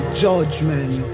judgment